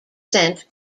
sent